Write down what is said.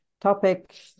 topic